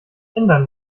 ändern